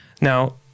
Now